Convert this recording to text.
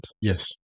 Yes